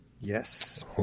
Yes